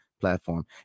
platform